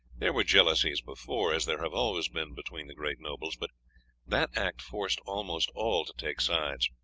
there were jealousies before, as there have always been between the great nobles, but that act forced almost all to take sides.